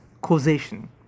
causation